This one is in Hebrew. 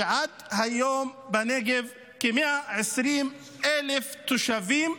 ועד היום בנגב כ-120,000 תושבים,